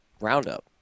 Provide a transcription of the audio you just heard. Roundup